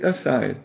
aside